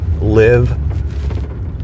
live